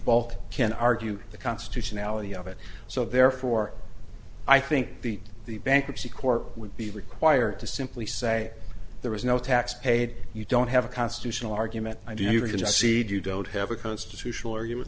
bulk can argue the constitutionality of it so therefore i think the the bankruptcy court would be required to simply say there was no tax paid you don't have a constitutional argument why do you just seed you don't have a constitutional